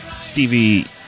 Stevie